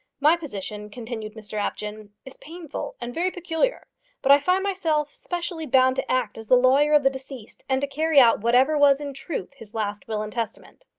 my position, continued mr apjohn, is painful and very peculiar but i find myself specially bound to act as the lawyer of the deceased, and to carry out whatever was in truth his last will and testament.